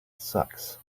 sucks